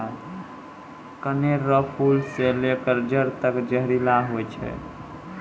कनेर रो फूल से लेकर जड़ तक जहरीला होय छै